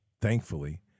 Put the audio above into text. Thankfully